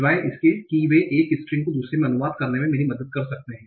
सिवाय इसके कि वे एक स्ट्रिंग को दूसरे में अनुवाद करने में मेरी मदद कर सकते हैं